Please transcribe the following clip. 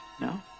No